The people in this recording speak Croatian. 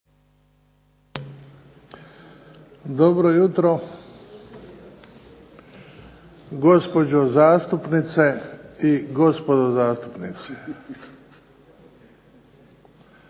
Dobro jutro, gospođe zastupnice i gospodo zastupnici.